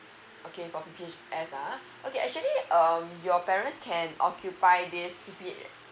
okay for p p h s uh okay actually um your parents can occupy this p p